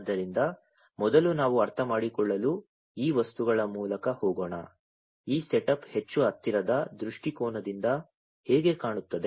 ಆದ್ದರಿಂದ ಮೊದಲು ನಾವು ಅರ್ಥಮಾಡಿಕೊಳ್ಳಲು ಈ ವಸ್ತುಗಳ ಮೂಲಕ ಹೋಗೋಣ ಈ ಸೆಟಪ್ ಹೆಚ್ಚು ಹತ್ತಿರದ ದೃಷ್ಟಿಕೋನದಿಂದ ಹೇಗೆ ಕಾಣುತ್ತದೆ